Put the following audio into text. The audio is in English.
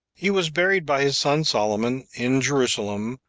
he was buried by his son solomon, in jerusalem,